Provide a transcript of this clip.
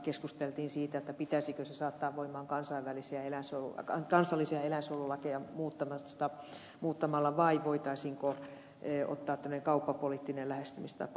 keskusteltiin siitä pitäisikö se saattaa voimaan kansallisia eläinsuojelulakeja muuttamalla vai voitaisiinko ottaa tämmöinen kauppapoliittinen lähestymistapa